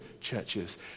churches